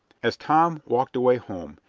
as tom walked away home,